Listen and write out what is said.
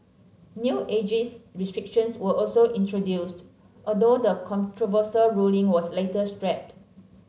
new ageist restrictions were also introduced although the controversial ruling was later scrapped